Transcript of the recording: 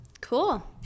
Cool